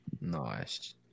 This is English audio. Nice